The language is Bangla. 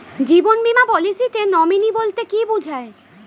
জীবন বীমা পলিসিতে নমিনি বলতে কি বুঝায়?